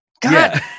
God